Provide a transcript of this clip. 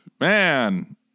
man